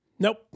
Nope